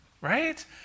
right